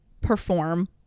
perform